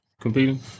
competing